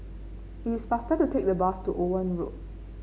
it is faster to take the bus to Owen Road